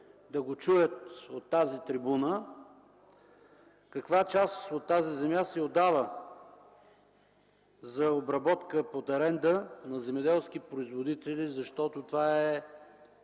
да го чуят от тази трибуна. Каква част от тази земя се отдава за обработка под аренда на земеделски производители? Това е